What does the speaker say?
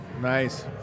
Nice